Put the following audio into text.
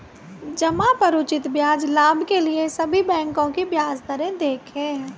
जमा पर उचित ब्याज लाभ के लिए सभी बैंकों की ब्याज दरें देखें